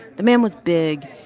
the man was big,